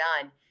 done